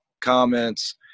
comments